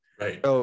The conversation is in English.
Right